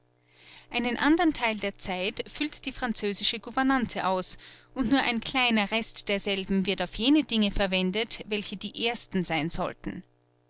einen andern theil der zeit füllt die französische gouvernante aus und nur ein kleiner rest derselben wird auf jene dinge verwendet welche die ersten sein sollten